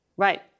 Right